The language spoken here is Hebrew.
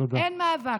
אין מאבק.